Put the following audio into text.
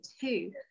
two